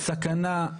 הסכנה,